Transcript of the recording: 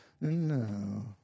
No